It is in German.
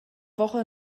woche